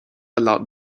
allowed